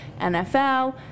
NFL